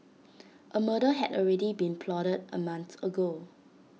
A murder had already been plotted A month ago